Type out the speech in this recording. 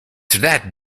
that